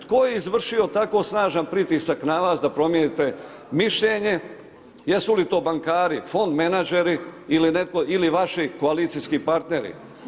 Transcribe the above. Tko je izvršio tako snažan pritisak na vas da promijenite mišljenje, jesu li to bankari, fond menadžeri ili vaši koalicijski partneri?